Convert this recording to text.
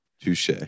Touche